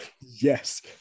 Yes